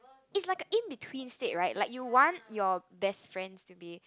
is like a in between stage right like you want your best friend to be